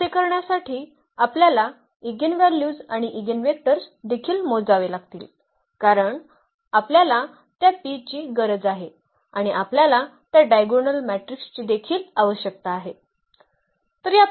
तर तसे करण्यासाठी आपल्याला इगेनव्ह्ल्यूज आणि इगेनवेक्टर्स देखील मोजावे लागतील कारण आपल्याला त्या P ची गरज आहे आणि आपल्याला त्या डायगोनल मॅट्रिक्सची देखील आवश्यकता आहे